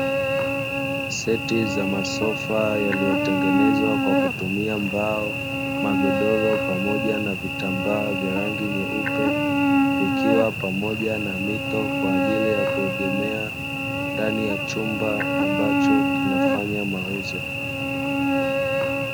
Seti za masofa yaliyotengenezwa kwa kutumia mbao, magodoro pamoja na vitambaa vya rangi nyeupe, vikiwa pamoja na mito kwa ajili ya kuegemea ndani ya chumba ambacho kinafanya mauzo.